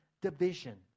division